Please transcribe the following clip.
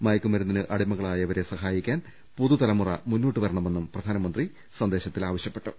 മയക്കുമരുന്നിന് അടിമകളായവരെ സഹായി ക്കാൻ പുതുതലമുറ മുന്നോട്ടുവരണമെന്നും പ്രധാനമന്ത്രി സന്ദേ ശത്തിൽ ആവശ്യപ്പെട്ടു